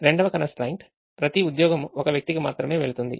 రెండవ constraint ప్రతి ఉద్యోగం ఒక వ్యక్తికి మాత్రమే వెళ్తుంది